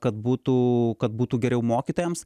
kad būtų kad būtų geriau mokytojams